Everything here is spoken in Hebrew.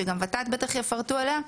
שגם ות"ת בטח יפרטו עליה,